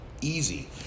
Easy